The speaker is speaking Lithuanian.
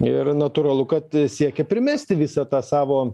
ir natūralu kad siekia primesti visą tą savo